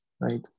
Right